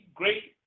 great